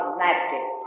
magic